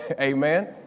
Amen